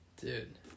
Dude